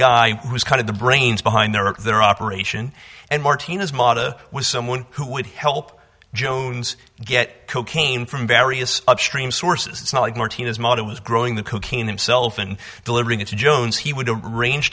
who was kind of the brains behind the their operation and martinez mata was someone who would help jones get cocaine from various upstream sources it's not like martinez model was growing the cocaine himself and delivering it to jones he would arrange